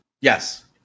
Yes